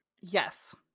Yes